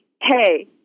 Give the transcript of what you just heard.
hey